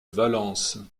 valence